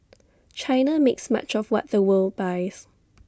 China makes much of what the world buys